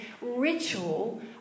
ritual